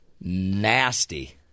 Nasty